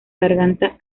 garganta